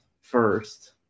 first